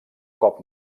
cop